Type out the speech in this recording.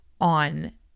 on